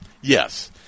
yes